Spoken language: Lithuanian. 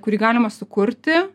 kurį galima sukurti